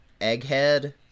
Egghead